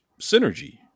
synergy